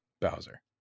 Bowser